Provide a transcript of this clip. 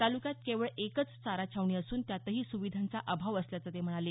तालुक्यात केवळ एकच चारा छावणी असून त्यातही सुविधांचा अभाव असल्याचं ते म्हणाले